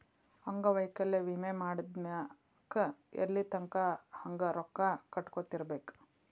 ಅಂಗವೈಕಲ್ಯ ವಿಮೆ ಮಾಡಿದ್ಮ್ಯಾಕ್ ಎಲ್ಲಿತಂಕಾ ಹಂಗ ರೊಕ್ಕಾ ಕಟ್ಕೊತಿರ್ಬೇಕ್?